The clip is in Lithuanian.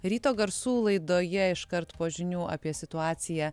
ryto garsų laidoje iškart po žinių apie situaciją